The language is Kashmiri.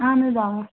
اَہن حظ آ